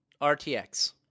RTX